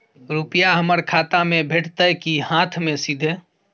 रुपिया हमर खाता में भेटतै कि हाँथ मे सीधे?